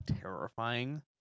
terrifying